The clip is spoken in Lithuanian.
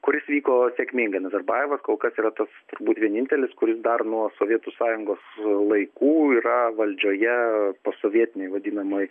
kuris vyko sėkmingai nazarbajevas kol kas yra tas turbūt vienintelis kuris dar nuo sovietų sąjungos laikų yra valdžioje posovietinėj vadinamoj